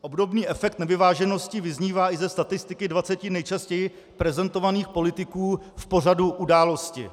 Obdobný efekt nevyváženosti vyznívá i ze statistiky 20 nejčastěji prezentovaných politiků v pořadu Události.